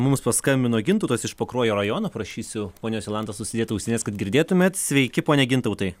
mums paskambino gintautas iš pakruojo rajono prašysiu ponios jolantos užsidėt ausines kad girdėtumėt sveiki pone gintautai